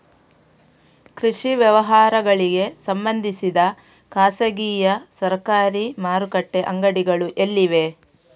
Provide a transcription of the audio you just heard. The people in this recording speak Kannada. ಕೃಷಿ ವ್ಯವಹಾರಗಳಿಗೆ ಸಂಬಂಧಿಸಿದ ಖಾಸಗಿಯಾ ಸರಕಾರಿ ಮಾರುಕಟ್ಟೆ ಅಂಗಡಿಗಳು ಎಲ್ಲಿವೆ?